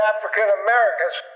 African-Americans